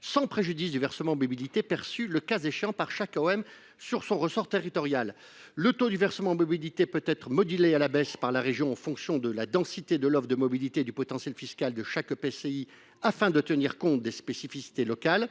sans préjudice du versement mobilité perçu, le cas échéant, par chaque AOM locale sur son ressort territorial. Le taux du versement mobilité peut être modulé à la baisse par la région en fonction de la densité de l’offre de mobilité et du potentiel fiscal de chaque EPCI, afin de tenir compte des spécificités locales.